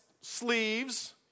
sleeves